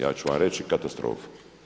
Ja ću vam reći katastrofa.